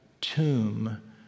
tomb